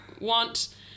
want